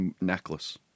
necklace